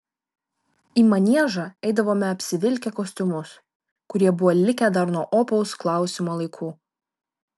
į maniežą eidavome apsivilkę kostiumus kurie buvo likę dar nuo opaus klausimo laikų